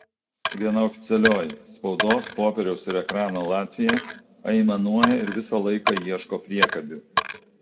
viena oficialioji spaudos popieriaus ir ekrano latvija aimanuoja ir visą laiką ieško priekabių